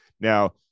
Now